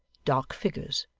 dark figures,